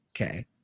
Okay